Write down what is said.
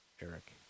Eric